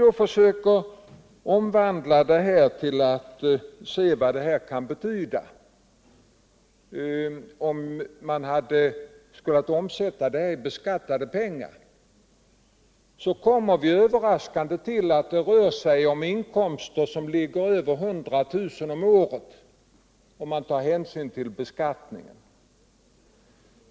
Om vi försöker omvandla detta till ett belopp i obeskattade pengar, kommer vi — vilket kan vara överraskande - fram till att det rör sig om inkomster motsvarande över 100 000 kr. om året.